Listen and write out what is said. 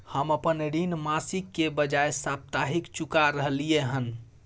हम अपन ऋण मासिक के बजाय साप्ताहिक चुका रहलियै हन